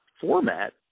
format